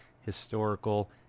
historical